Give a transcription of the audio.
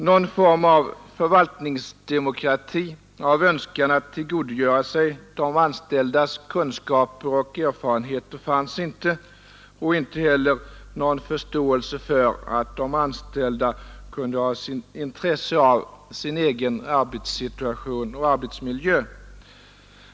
Någon form av förvaltningsdemokrati, av önskan att tillgodogöra sig de anställdas kunskaper och erfarenheter fanns inte och inte heller någon förståelse för att de anställda kunde ha intresse av sin egen arbetssituation och arbetsmiljö.